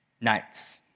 nights